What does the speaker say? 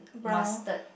mustard